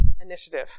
Initiative